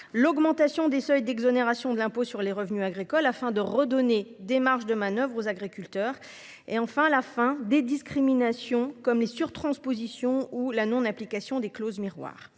L'augmentation des seuils d'exonération de l'impôt sur les revenus agricoles afin de redonner des marges de manoeuvre aux agriculteurs et enfin la fin des discriminations comme les surtranspositions ou la non application des clauses miroirs,